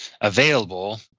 available